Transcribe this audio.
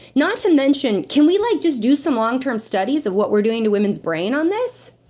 not to mention, can we like just do some long term studies of what we're doing to women's brain on this?